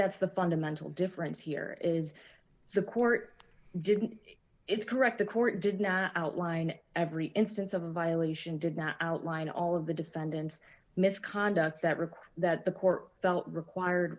that's the fundamental difference here is the court didn't it's correct the court did not outline every instance of a violation did not outline all of the defendant's misconduct that require that the court felt required